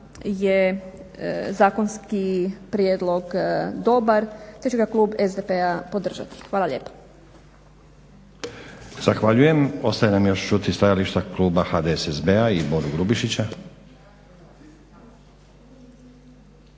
je zakonski prijedlog dobar te će ga Klub SDP-a podržati. Hvala lijepa. **Stazić, Nenad (SDP)** Zahvaljujem. Ostaje nam još čuti stajališta Kluba HDSSB-a i Boru Grubišića.